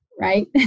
right